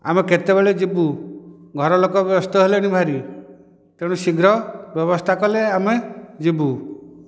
ଆମେ କେତେବେଳେ ଯିବୁ ଘରଲୋକ ବ୍ୟସ୍ତ ହେଲେଣି ଭାରି ତେଣୁ ଶୀଘ୍ର ବ୍ୟବସ୍ଥା କଲେ ଆମେ ଯିବୁ